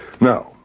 Now